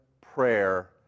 prayer